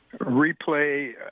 replay